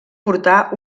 portar